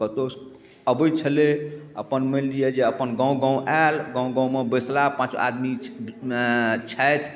कतौसँ अबै छलै अपन मानि लिऽ जे अपन गाँव गाँव आयल गाँव गाँवमे बैसला पाँच आदमी छथि